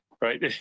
right